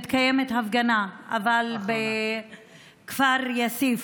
מתקיימת הפגנה בכפר יאסיף,